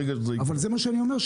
אבל זה מה שאני אומר,